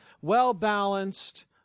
well-balanced